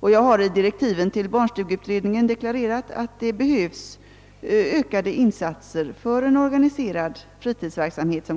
Jag har också i direktiven till barnstugeutredningen sagt, att det som komplement till skolan behövs ökade insatser för en organiserad fritidsverksamhet.